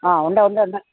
ആ ഉണ്ട് ഉണ്ട് ഉണ്ട്